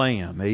Lamb